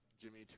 Jimmy